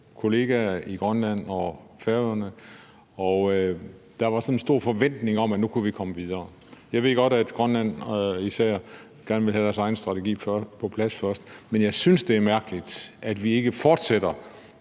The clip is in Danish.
kollegaer fra Grønland og Færøerne. Der var en stor forventning om, at vi nu kunne komme videre. Jeg ved godt, at især Grønland gerne vil have deres egen strategi på plads først, men jeg synes, det er mærkeligt, at vi ikke fortsætter